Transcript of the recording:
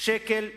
שקל בשנה.